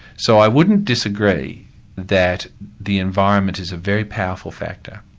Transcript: so i wouldn't disagree that the environment is a very powerful factor,